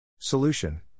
Solution